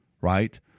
right